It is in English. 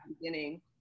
beginning